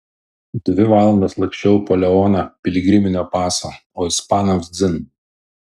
dvi valandas laksčiau po leoną piligriminio paso o ispanams dzin